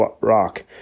rock